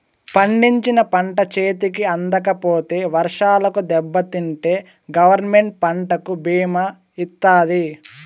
పండించిన పంట చేతికి అందకపోతే వర్షాలకు దెబ్బతింటే గవర్నమెంట్ పంటకు భీమా ఇత్తాది